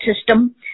system